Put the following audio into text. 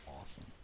awesome